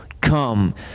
come